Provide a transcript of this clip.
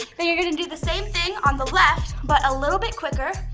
then, you're going to do the same thing on the left but a little bit quicker.